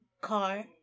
car